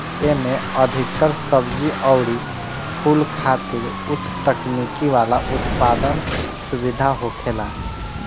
एमे अधिकतर सब्जी अउरी फूल खातिर उच्च तकनीकी वाला उत्पादन सुविधा होखेला